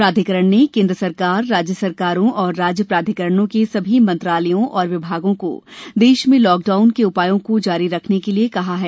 प्राधिकरण ने केंद्र सरकार राज्य सरकारों और राज्य प्राधिकरणों के सभी मंत्रालयों और विभागों को देश में लॉकडाउन के उपायों को जारी रखने के लिए कहा है